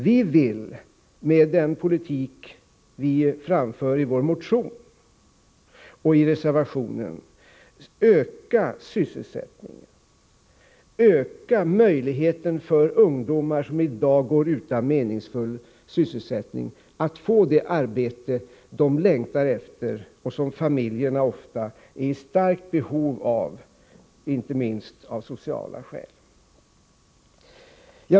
Vi vill — med den politik vi förordar i vår motion och i reservationen — öka sysselsättningen, öka möjligheterna för ungdomar som i dag går utan meningsfull sysselsättning att få det arbete de längtar efter och som familjerna ofta är i starkt behov av, inte minst av sociala skäl.